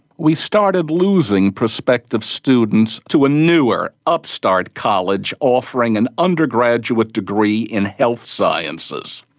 we started losing prospective students to a newer upstart college offering an undergraduate degree in health sciences.